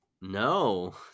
no